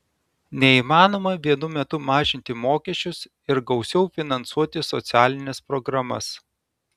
neįmanoma vienu metu mažinti mokesčius ir gausiau finansuoti socialines programas